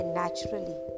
naturally